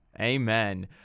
Amen